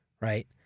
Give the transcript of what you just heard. right